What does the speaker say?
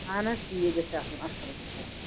اہن حظ ٹھیٖک گژھِ آسُن اَصٕل گژھِ آسُن